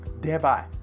thereby